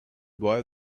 boy